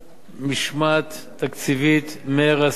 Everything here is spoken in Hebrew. ומשמעת תקציבית מרסנת.